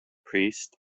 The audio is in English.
priest